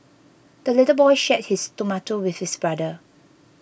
the little boy shared his tomato with his brother